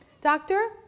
doctor